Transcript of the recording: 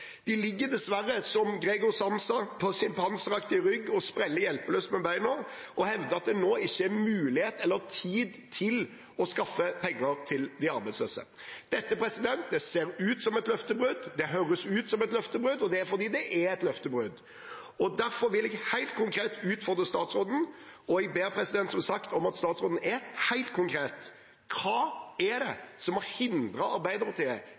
De ligger dessverre som Gregor Samsa på sin panseraktige rygg og spreller hjelpeløst med beina, og hevder at det nå ikke er mulighet eller tid til å skaffe penger til de arbeidsløse. Dette ser ut som et løftebrudd, og det høres ut som et løftebrudd, og det er fordi det er et løftebrudd. Derfor vil jeg utfordre statsråden, og jeg ber om at statsråden er helt konkret: Hva er det som har hindret Arbeiderpartiet